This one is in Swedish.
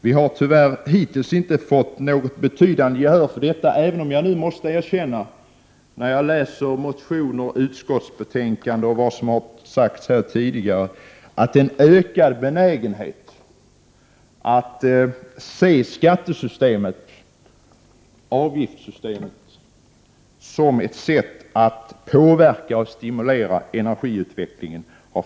Vi har hittills tyvärr inte fått något betydande gehör för vår politik, även om jag, sedan jag läst motioner och utskottsbetänkanden och lyssnat till vad som har sagts här tidigare i dag, måste erkänna att det finns en ökad benägenhet att se skattesystemet, avgiftssystemet, som ett sätt att påverka och stimulera energiutvecklingen.